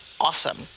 awesome